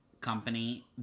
company